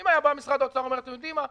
אם היה בא משרד האוצר ואומר: אתם יודעים מה?